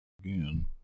again